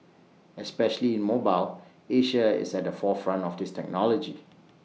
especially in mobile Asia is at the forefront of this technology